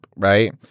Right